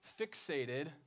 fixated